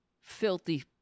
Filthy